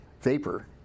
vapor